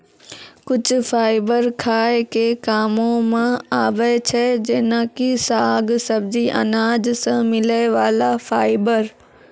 कुछ फाइबर खाय के कामों मॅ आबै छै जेना कि साग, सब्जी, अनाज सॅ मिलै वाला फाइबर